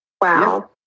Wow